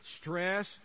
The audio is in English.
Stress